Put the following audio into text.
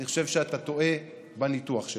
אני חושב שאתה טועה בניתוח שלך.